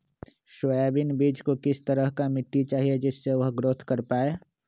Soybean बीज को किस तरह का मिट्टी चाहिए जिससे वह ग्रोथ कर पाए?